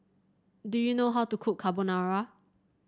do you know how to cook Carbonara